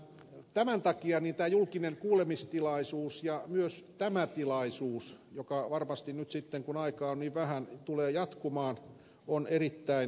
tämän takia tämä julkinen kuulemistilaisuus ja myös tämä tilaisuus joka varmasti nyt sitten kun aikaa on niin vähän tulee jatkumaan on erittäin tärkeä